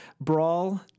Brawl